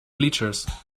bleachers